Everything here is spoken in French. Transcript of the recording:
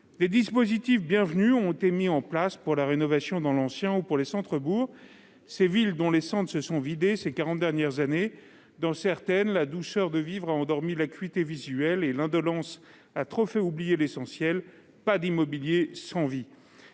Des dispositifs bienvenus ont été mis en place pour la rénovation dans l'ancien ou pour les centres-bourgs, ces villes dont les centres se sont vidés ces quarante dernières années. Dans certaines d'entre elles, la douceur de vivre a endormi l'acuité visuelle et l'indolence a trop fait oublier l'essentiel : il n'y a pas d'immobilier sans vie.